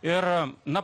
ir na